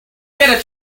get